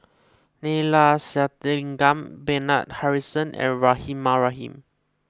Neila Sathyalingam Bernard Harrison and Rahimah Rahim